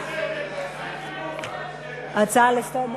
הצעה לסדר.